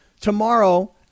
tomorrow